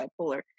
bipolar